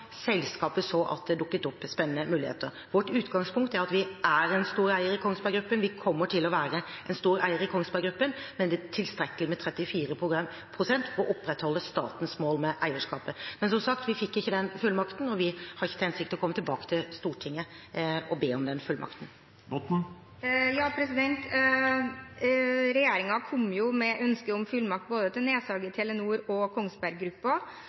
selskapet så at det dukket opp spennende muligheter. Vårt utgangspunkt er at vi er en stor eier i Kongsberg Gruppen, og vi kommer til å være en stor eier i Kongsberg Gruppen, men det er tilstrekkelig med 34 pst. for å opprettholde statens mål med eierskapet. Men som sagt: Vi fikk ikke den fullmakten, og vi har ikke til hensikt å komme tilbake til Stortinget og be om den fullmakten. Regjeringen kom med ønske om fullmakt til nedsalg i både Telenor og Kongsberg